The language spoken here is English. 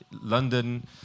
London